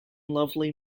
lovely